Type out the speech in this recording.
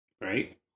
Right